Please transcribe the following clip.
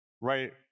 right